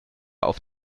auf